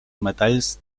metalls